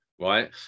right